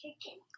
chicken